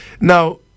Now